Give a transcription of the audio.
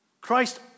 Christ